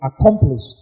accomplished